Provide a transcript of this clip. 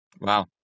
Wow